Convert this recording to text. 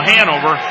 Hanover